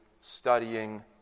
studying